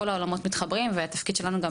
כל העולמות מתחברים והתפקיד שלנו זה גם